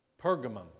Pergamum